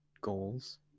goals